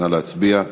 נא להצביע.